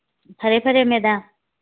ꯐꯔꯦ ꯐꯔꯦ ꯃꯦꯗꯥꯝ